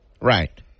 Right